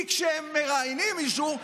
כי כשהם מראיינים מישהו,